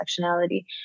intersectionality